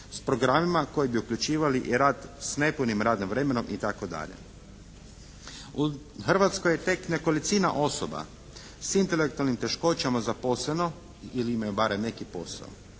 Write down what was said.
s programima koji bi uključivali rad s nepunim radnim vremenom itd. U Hrvatskoj je tek nekolicina osoba s intelektualnim teškoćama zaposleno ili imaju barem neki posao.